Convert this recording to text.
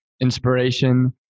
inspiration